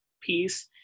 piece